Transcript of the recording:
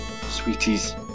sweeties